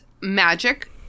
magic